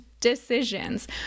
decisions